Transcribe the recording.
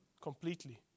Completely